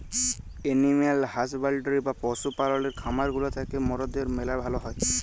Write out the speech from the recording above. animal husbandry বা পশু পাললের খামার গুলা থ্যাকে মরদের ম্যালা ভাল হ্যয়